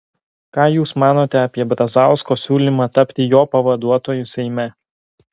ką jūs manote apie brazausko siūlymą tapti jo pavaduotoju seime